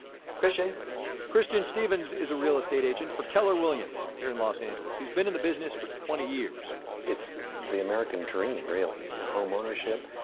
christian christian stevens is a real estate agent for keller williams here in los angeles. he's been in the business for twenty years it's the american dream really, home ownership.